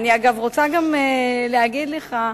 אגב, אני רוצה להגיד לך,